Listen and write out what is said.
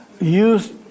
use